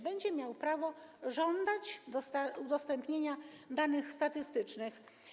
Będzie miał prawo żądać udostępnienia danych statystycznych.